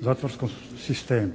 zatvorskom sistemu.